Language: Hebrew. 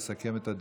שיסכם את הדיון.